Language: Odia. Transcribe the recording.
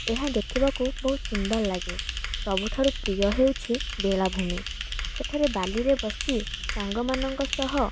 ଏହା ଦେଖିବାକୁ ବହୁତ ସୁନ୍ଦର ଲାଗେ ସବୁଠାରୁ ପ୍ରିୟ ହେଉଛି ବେଳାଭୂମି ସେଠାରେ ବାଲିରେ ବସି ସାଙ୍ଗମାନଙ୍କ ସହ